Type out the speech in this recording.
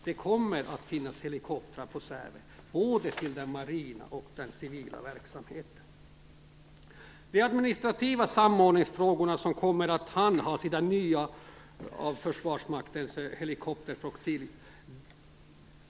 Det kommer att finnas helikoptrar på Säve, både för den marina och den civila verksamheten. De administrativa samordningsfrågorna kommer att handhas i den nya organisationen för Försvarsmaktens helikopterflottilj.